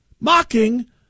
mocking